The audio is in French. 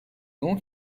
donc